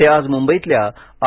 ते आज मुंबईतल्या आय